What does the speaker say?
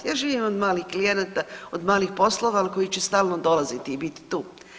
Ja živim od malih klijenata, od malih poslova, al koji će stalno dolaziti i biti tu.